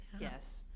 Yes